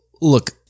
look